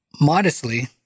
modestly